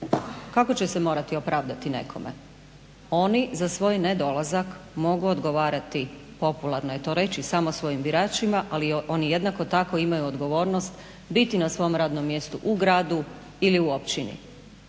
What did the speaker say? Kako će se morati opravdati nekome? Oni za svoj nedolazak mogu odgovarati popularno je to reći samo svojim biračima, ali oni jednako tako imaju odgovornost biti na svom radnom mjestu u gradu ili u općini.